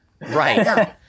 Right